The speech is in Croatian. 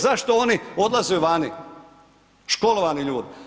Zašto oni odlaze vani, školovani ljudi?